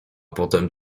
potem